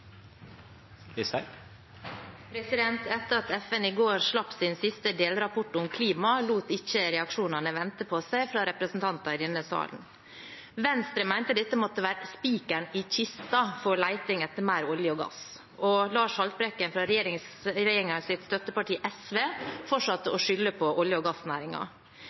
Etter at FN i går slapp sin siste delrapport om klimaet, lot ikke reaksjonene vente på seg fra representanter i denne salen. Venstre mente dette måtte være spikeren i kista for leting etter mer olje og gass. Lars Haltbrekken fra regjeringens støtteparti, SV, fortsatte å skylde på olje- og